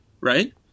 Right